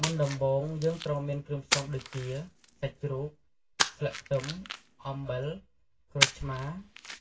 មុនដំបូង យើងត្រូវមានគ្រឿងផ្សំដូចជា សាច់ជ្រូក ស្លឹកខ្ទឹម អំបិល ក្រូចឆ្មារ